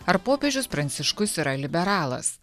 ar popiežius pranciškus yra liberalas